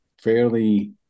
fairly